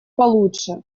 получше